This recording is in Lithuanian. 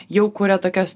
jau kuria tokias